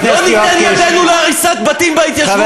לא ניתן ידנו להריסת בתים בהתיישבות.